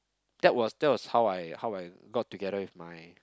that was that was how I how I got together with my